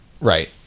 Right